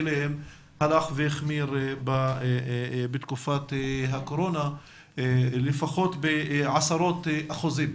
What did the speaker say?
הוא הלך והחמיר בתקופת הקורונה לפחות בעשרות אחוזים,